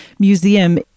Museum